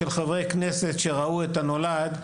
של חברי כנסת שראו את הנולד,